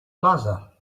plaza